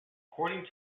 according